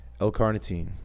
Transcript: l-carnitine